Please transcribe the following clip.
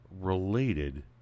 related